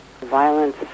violence